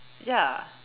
ya